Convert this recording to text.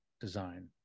design